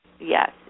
Yes